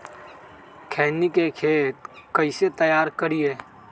खैनी के खेत कइसे तैयार करिए?